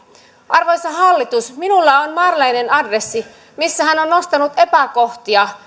arvoisa hallitus minulla on marlenen adressi missä hän on on nostanut epäkohtia